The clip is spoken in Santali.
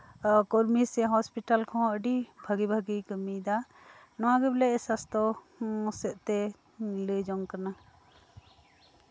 ᱠᱚᱨᱢᱤ ᱥᱮ ᱦᱚᱥᱯᱤᱴᱟᱞ ᱠᱚᱸᱦᱚ ᱟᱹᱰᱤ ᱵᱷᱟᱹᱜᱤ ᱵᱷᱟᱹᱜᱤ ᱠᱟᱹᱢᱤᱭᱮᱫᱟ ᱱᱚᱶᱟ ᱜᱮ ᱵᱚᱞᱮ ᱥᱟᱥᱛᱷᱚ ᱥᱮᱫᱛᱮ ᱞᱟᱹᱭ ᱡᱚᱝ ᱠᱟᱱᱟ